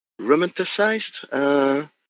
romanticized